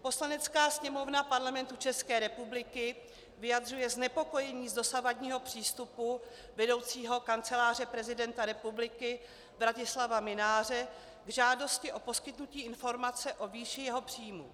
Poslanecká sněmovna Parlamentu České republiky vyjadřuje znepokojení z dosavadního přístupu vedoucího Kanceláře prezidenta republiky Vratislava Mynáře k žádosti o poskytnutí informace o výši jeho příjmů.